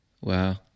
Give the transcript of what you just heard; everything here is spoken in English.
Wow